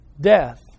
death